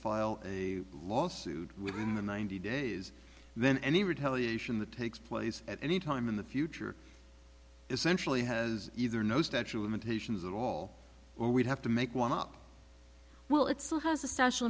file a lawsuit within the ninety days then any retaliation the takes place at any time in the future essentially has either no statue of limitations at all or we'd have to make one up well it so has a s